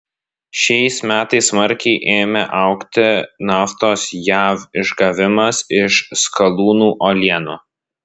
šiais metais smarkiai ėmė augti naftos jav išgavimas iš skalūnų uolienų